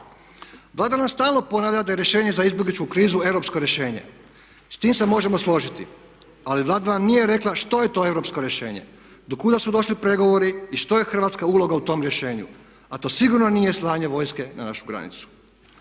stalno ponavlja da je rješenje za izbjegličku krizu europsko rješenje. S tim se možemo složiti, ali Vlada nam nije rekla što je to europsko rješenje, do kuda su došli pregovori i što je hrvatska uloga u tom rješenju a to sigurno nije slanje vojske na našu granicu.